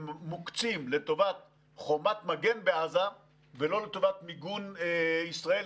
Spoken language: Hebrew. הם מוקצים לטובת חומת מגן בעזה ולא לטובת מיגון ישראל.